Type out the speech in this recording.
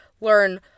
learn